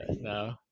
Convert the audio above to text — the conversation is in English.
no